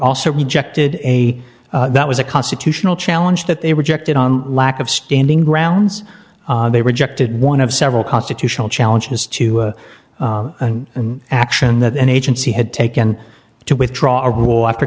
lso rejected a that was a constitutional challenge that they rejected on lack of standing grounds they rejected one of several constitutional challenges to an action that an agency had taken to withdraw our wall after